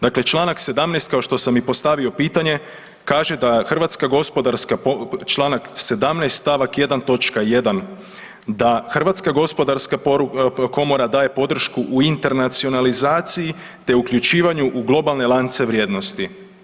Dakle, članak 17. kao što sam i postavio pitanje kaže da Hrvatska gospodarstva, članak 17. stavak 1. točka 1. da Hrvatska gospodarska komora daje podršku u internacionalizaciji te uključivanju u globalne lance vrijednosti.